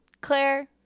Claire